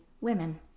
women